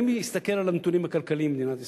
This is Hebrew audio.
אני מסתכל על הנתונים הכלכליים במדינת ישראל,